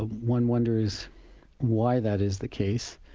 ah one wonders why that is the case.